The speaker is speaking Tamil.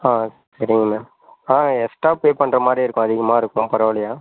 ஆ சரிங்க மேம் ஆ எக்ஸ்ட்ரா பே பண்ணுற மாதிரி இருக்கும் அதிகமாக இருக்கும் பரவாயில்லையா